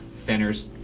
fenners.